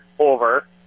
Over